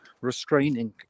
restraining